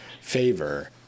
favor